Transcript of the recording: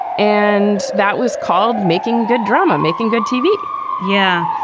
and that was called making good drama, making good tv yeah,